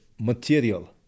material